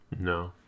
No